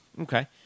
Okay